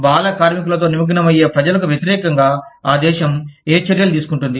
బాల కార్మికులతో నిమగ్నమయ్యే ప్రజలకు వ్యతిరేకంగా ఆ దేశం ఏ చర్యలు తీసుకుంటుంది